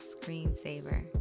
screensaver